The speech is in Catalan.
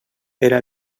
era